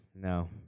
No